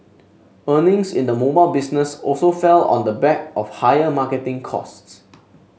earnings in the mobile business also fell on the back of higher marketing costs